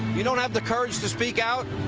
you don't have the courage to speak out?